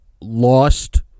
lost